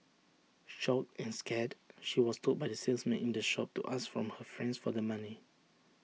shocked and scared she was told by the salesman in the shop to ask from her friends for the money